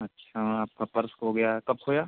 अच्छा आपका पर्स खो गया है कब खोया